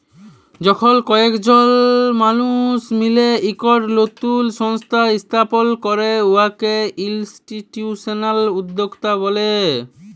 যখল কয়েকজল মালুস মিলে ইকট লতুল সংস্থা ইস্থাপল ক্যরে উয়াকে ইলস্টিটিউশলাল উদ্যক্তা ব্যলে